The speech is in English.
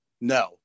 no